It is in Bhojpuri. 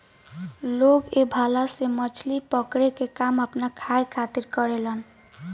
लोग ए भाला से मछली पकड़े के काम आपना खाए खातिर करेलेन